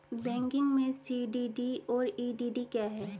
Banking में CDD और EDD क्या हैं?